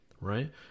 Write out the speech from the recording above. right